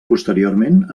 posteriorment